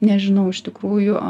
nežinau iš tikrųjų